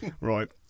Right